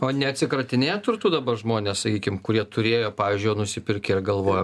o neatsikratinėja turtu dabar žmonės sakykim kurie turėjo pavyzdžiui jau nusipirkę ir galvoja